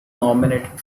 nominated